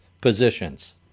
positions